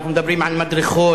אנחנו מדברים על מדרכות,